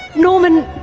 norman,